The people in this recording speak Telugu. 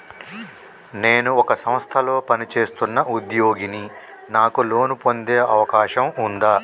నేను ఒక సంస్థలో పనిచేస్తున్న ఉద్యోగిని నాకు లోను పొందే అవకాశం ఉందా?